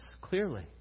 clearly